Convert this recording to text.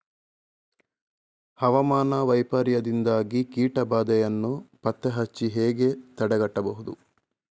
ಹವಾಮಾನ ವೈಪರೀತ್ಯದಿಂದಾಗಿ ಕೀಟ ಬಾಧೆಯನ್ನು ಪತ್ತೆ ಹಚ್ಚಿ ಹೇಗೆ ತಡೆಗಟ್ಟಬಹುದು?